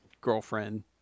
girlfriend